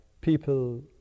people